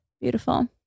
Beautiful